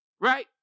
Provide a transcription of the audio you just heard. Right